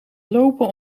lopen